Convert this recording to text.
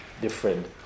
different